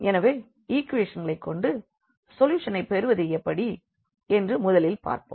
எனவே ஈக்குவேஷன்களைக் கொண்டு சொல்யூஷனைப் பெறுவது எப்படி என்று முதலில் பார்ப்போம்